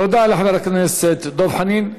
תודה לחבר הכנסת דב חנין.